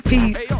Peace